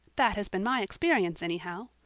that has been my experience anyhow.